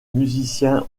musiciens